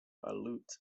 aleut